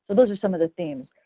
those are some of the themes.